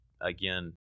again